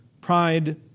pride